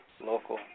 local